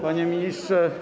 Panie Ministrze!